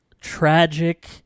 tragic